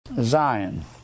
Zion